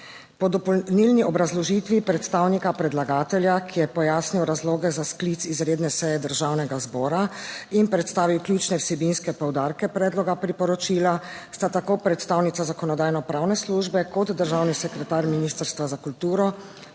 Po dopolnilni obrazložitvi predstavnika predlagatelja, ki je pojasnil razloge za sklic izredne seje Državnega zbora in predstavil ključne vsebinske poudarke predloga priporočila, sta tako predstavnica Zakonodajno-pravne službe kot državni sekretar Ministrstva za kulturo